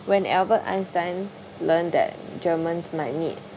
when albert einstein learned that germans might need